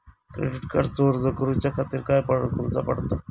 Credit कार्डचो अर्ज करुच्या खातीर काय करूचा पडता?